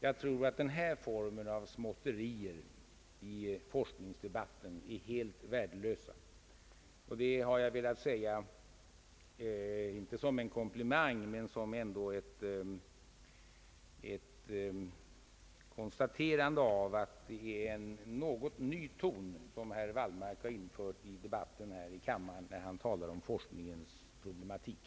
Jag tror att denna form av småtterier i forskningsdebatten är helt värdelös. Det har jag velat säga, inte som en komplimang, men ändå som ett konstaterande av att det är en något ny ton som herr Wallmark infört i debatten i kammaren när han talar om forskningens problematik.